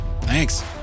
thanks